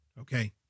okay